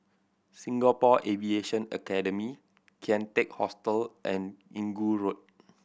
Singapore Aviation Academy Kian Teck Hostel and Inggu Road